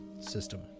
system